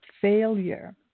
failure